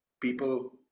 people